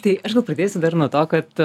tai aš gal pradėsiu dar nuo to kad